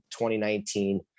2019